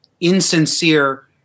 insincere